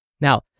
Now